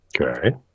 okay